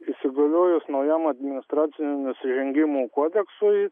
įsigaliojus naujam administracinių nusižengimų kodeksui